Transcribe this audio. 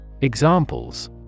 Examples